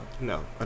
no